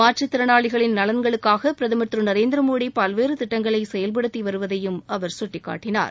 மாற்றத் திறனாளிகளின் நலன்களுக்காக பிரதமர் திரு நரேந்திர மோடி பல்வேறு திட்டங்களை செயல்படுத்தி வருவதையும் அவர் சுட்டிக்காட்டினார்